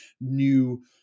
new